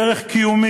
היא ערך קיומי,